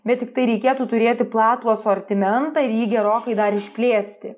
bet tiktai reikėtų turėti platų asortimentą ir jį gerokai dar išplėsti